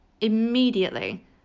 immediately